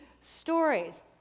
stories